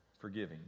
forgiving